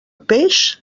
peix